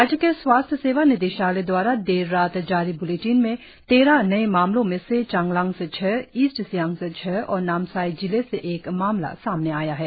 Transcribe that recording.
राज्य के स्वास्थ्य सेवा निदेशालय दवारा देर रात जारी ब्लेटीन में तेरह नए मामलों में से चांगलांग से छह ईस्ट सियांग से छह और नामसाई जिले से एक मामला सामने आया है